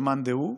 של מאן דהוא,